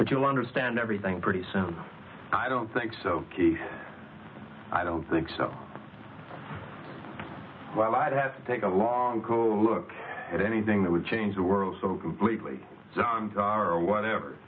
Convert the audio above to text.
but you'll understand everything pretty soon i don't think so i don't think so while i have to take a long cold look at anything that would change the world so completely or whatever